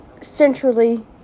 centrally